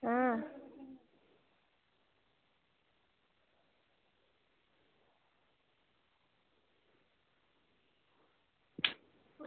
अं